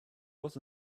was